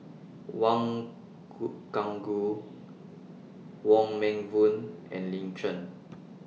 Wang Gungwu Wong Meng Voon and Lin Chen